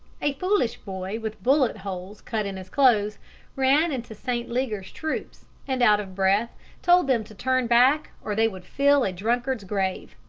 a foolish boy with bullet-holes cut in his clothes ran into st. leger's troops, and out of breath told them to turn back or they would fill a drunkard's grave.